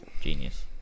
genius